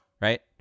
right